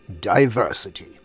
diversity